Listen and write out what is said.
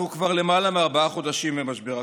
אנחנו כבר למעלה מארבעה חודשים במשבר הקורונה,